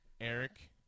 eric